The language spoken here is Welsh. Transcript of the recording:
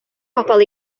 pobl